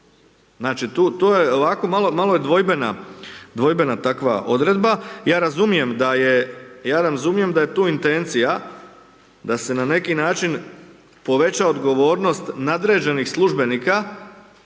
Znači, tu je, malo je dvojbena takva odredba. Ja razumijem da je tu intencija da se na neki način poveća odgovornost nadređenih službenika